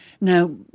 Now